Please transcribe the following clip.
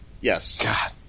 Yes